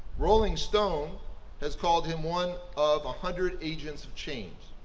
rolling stone has called him one of a hundred agents of change.